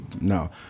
no